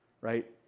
right